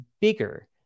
bigger